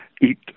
eat